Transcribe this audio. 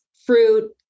fruit